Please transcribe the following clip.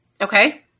Okay